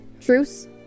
Truce